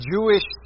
Jewish